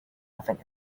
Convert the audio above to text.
nothing